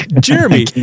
Jeremy